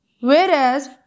whereas